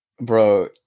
bro